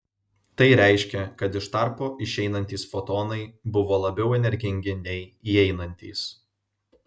tai reiškia kad iš tarpo išeinantys fotonai buvo labiau energingi nei įeinantys